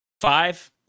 Five